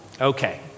okay